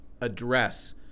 address